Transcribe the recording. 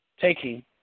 taking